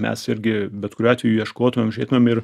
mes irgi bet kuriuo atveju ieškotumėm žiūrėtumėm ir